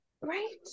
right